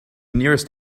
nearest